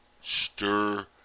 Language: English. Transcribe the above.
Stir